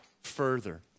further